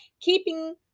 Keeping